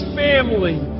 family